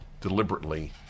deliberately